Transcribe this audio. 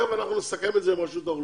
תיכף אנחנו נסכם את זה עם רשות האוכלוסין.